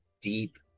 deep